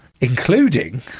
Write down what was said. including